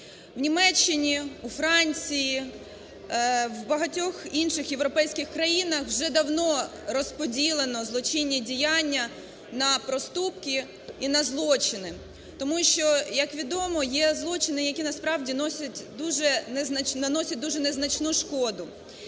В Німеччині, у Фракції, в багатьох інших європейських країнах, вже давно розподілено злочинні діяння на проступки і на злочини, тому що як відомо є злочини, які насправді наносять дуже незначну шкоду